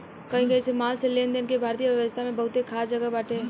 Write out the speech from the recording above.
कही कही से माल के लेनदेन के भारतीय अर्थव्यवस्था में बहुते खास जगह बाटे